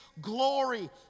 glory